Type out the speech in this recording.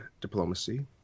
diplomacy